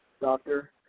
doctor